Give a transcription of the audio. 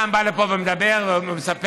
אני אומר רק שבן אדם בא לפה ומדבר ומספר